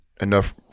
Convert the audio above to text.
enough